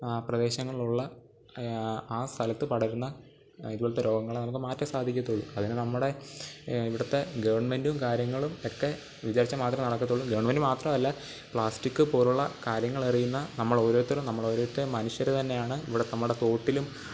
ആ പ്രദേശങ്ങളിലുള്ള ആ സ്ഥലത്ത് പടരുന്ന ഇതുപോലത്തെ രോഗങ്ങളെ നമുക്ക് മാറ്റാന് സാധിക്കത്തുള്ളൂ അതിനു നമ്മുടെ ഇവിടുത്തെ ഗവണ്മെന്റും കാര്യങ്ങളും ഒക്കെ വിചാരിച്ചാൽ മാത്രമേ നടക്കത്തുള്ളൂ ഗവണ്മെന്റ് മാത്രമല്ല പ്ലാസ്റ്റിക് പോലെയുള്ള കാര്യങ്ങളറിയുന്ന നമ്മളോരോരുത്തരും നമ്മളോരോരുത്തരും മനുഷ്യർ തന്നെയാണ് ഇവിടുത്തെ നമ്മുടെ തോട്ടിലും